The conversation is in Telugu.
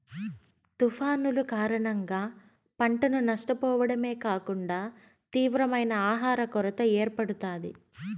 తుఫానులు కారణంగా పంటను నష్టపోవడమే కాకుండా తీవ్రమైన ఆహర కొరత ఏర్పడుతాది